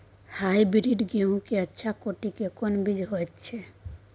Hybrid गेहूं के अच्छा कोटि के कोन बीज होय छै?